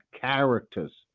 characters